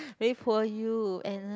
really poor you and